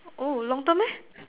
oh long term meh